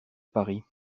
paris